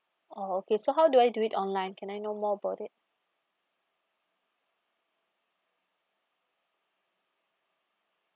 oh okay so how do I do it online can I know more about it